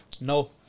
No